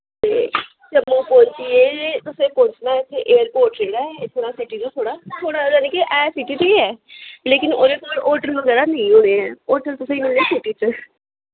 ते जम्मू पुज्जियै तुसें पुज्जना इत्थै एयरपोर्ट जेह्ड़ा ऐ इत्थूं दा सिटी तों थोह्ड़ा थोह्ड़ा यानि के ऐ सिटी च ऐ लेकिन ओह्दे कोल होटल बगैरा नेईं होने ऐं होटल तुसें मिलने सिटी च